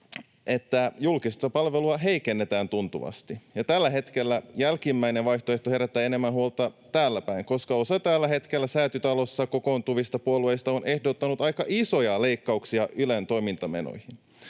että julkista palvelua heikennetään tuntuvasti. Ja tällä hetkellä jälkimmäinen vaihtoehto herättää enemmän huolta täällä päin, koska osa tällä hetkellä Säätytalossa kokoontuvista puolueista on ehdottanut aika isoja leikkauksia Ylen toimintamenoihin.